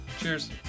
Cheers